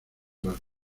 las